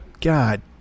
God